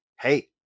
hey